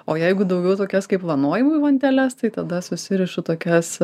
o jeigu daugiau tokias kaip vanojimui vanteles tai tada susirišu tokias